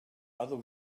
other